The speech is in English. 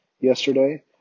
yesterday